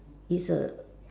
it's a